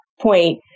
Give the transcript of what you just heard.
point